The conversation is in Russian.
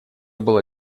было